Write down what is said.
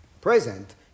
present